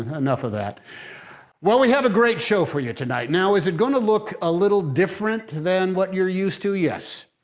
enough of that well, we have a great show for you tonight. now, is it going to look a little different than what you're used to yes.